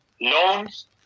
loans